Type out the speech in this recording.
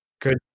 Good